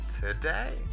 today